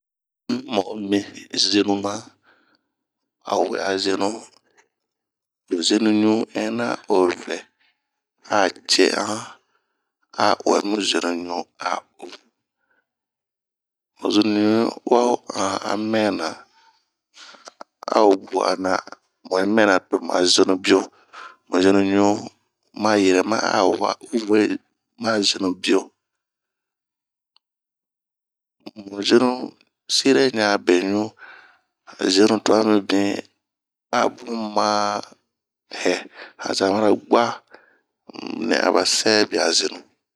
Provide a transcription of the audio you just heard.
Oyi ma'o min zenu na, ho zenu ɲun ɛnna ovɛ a ce an, ao uɛmu zenu ɲu ma oo, mu zenu ɲu yi ua ho anh a mɛnɛ ao gu'ana, muyi mɛnɛ tomu a zenu bio, mu zenu ɲu ma yirɛma awa zenu bio, mu zenu sire ɲan a beɲu, zenu tuan mibin abun ma hɛɛ, han zan bara gua nɛ aba sɛbia zenu.